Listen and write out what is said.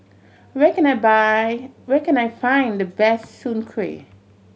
where can I buy where can I find the best Soon Kuih